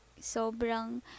Sobrang